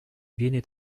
viene